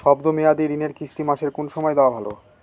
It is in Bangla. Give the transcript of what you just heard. শব্দ মেয়াদি ঋণের কিস্তি মাসের কোন সময় দেওয়া ভালো?